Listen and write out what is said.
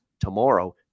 tomorrow